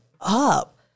up